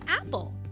apple